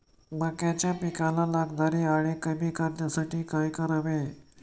मक्याच्या पिकाला लागणारी अळी कमी करण्यासाठी काय करावे?